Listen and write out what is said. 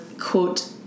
quote